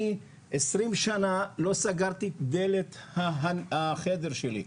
אני 20 שנה לא סגרתי את דלת החדר שלי.